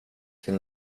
till